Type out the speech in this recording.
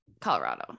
Colorado